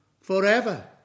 forever